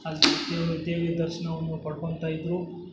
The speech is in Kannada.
ಅಲ್ಲಿ ದೇವ್ರ ದೇವಿ ದರ್ಶನವನ್ನು ಪಡ್ಕೊತಾ ಇದ್ದರು